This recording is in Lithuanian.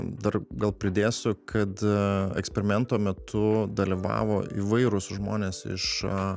dar gal pridėsiu kad eksperimento metu dalyvavo įvairūs žmonės iš